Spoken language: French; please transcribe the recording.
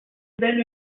belle